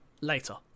later